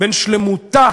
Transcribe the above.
בין שלמותה